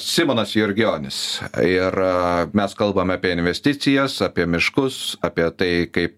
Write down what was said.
simonas jurgionis ir mes kalbam apie investicijas apie miškus apie tai kaip